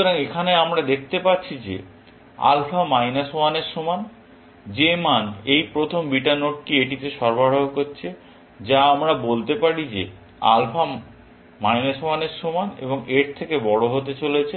সুতরাং এখানে আমরা দেখতে পাচ্ছি যে আলফা মাইনাস 1 এর সমান যে মান এই প্রথম বিটা নোডটি এটিতে সরবরাহ করছে যা আমরা বলতে পারি যে আলফা মাইনাস 1 এর সমান বা এর থেকে বড় হতে চলেছে